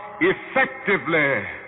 effectively